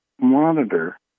monitor